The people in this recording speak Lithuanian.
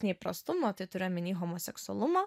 neįprastumo tai turiu omeny homoseksualumo